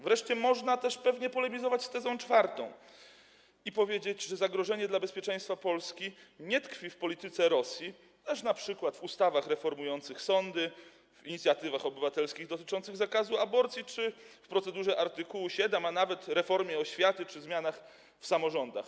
Wreszcie można też pewnie polemizować z tezą czwartą i powiedzieć, że zagrożenie dla bezpieczeństwa Polski tkwi nie w polityce Rosji, lecz np. w ustawach reformujących sądy, w inicjatywach obywatelskich dotyczących zakazu aborcji czy w procedurze przewidzianej w art. 7, a nawet reformie oświaty czy zmianach w samorządach.